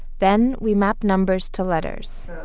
then, we map numbers to letters